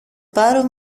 πάρω